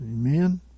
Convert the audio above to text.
Amen